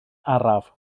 araf